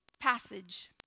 passage